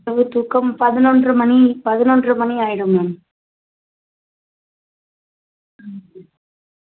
இரவு தூக்கம் பதினொன்றரை மணி பதினொன்றரை மணியாகியிடும் மேம்